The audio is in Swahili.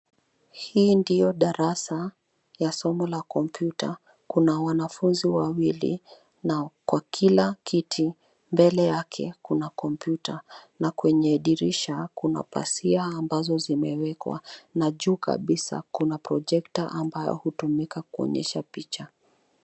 Hii ndiyo darasa ya somo la kompyuta. Kuna wanafunzi wawili, na kwa kila kiti, mbele yake kuna kompyuta, na kwenye dirisha kuna pazia ambazo zimewekwa, na juu kabisa kuna projector ambayo hutumika kuonyesha picha.